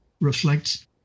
reflects